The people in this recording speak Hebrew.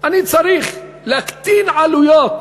אני צריך להקטין עלויות,